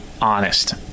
honest